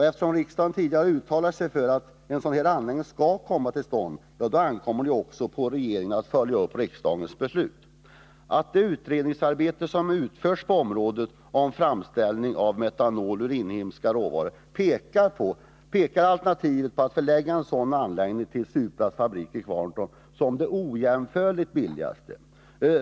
Eftersom riksdagen tidigare uttalat sig för att en sådan anläggning skall komma till stånd, ankommer det på regeringen att följa upp riksdagens beslut. Allt det utredningsarbete som har utförts på området om framställning av metanol ur inhemska råvaror tyder på att alternativet att förlägga en sådan anläggning till Supras fabrik i Kvarntorp är det ojämförligt billigaste.